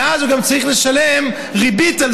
ואז הוא גם צריך לשלם על זה ריבית.